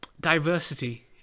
diversity